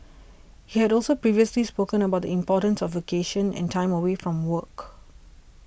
he had also previously spoken about the importance of vacation and time away from work